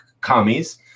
commies